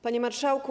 Panie Marszałku!